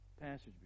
passage